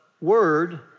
Word